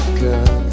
girl